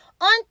On